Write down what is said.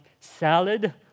salad